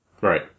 right